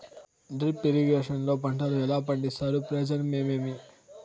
Drip irrigation లో పంటలు ఎలా పండిస్తారు ప్రయోజనం ఏమేమి?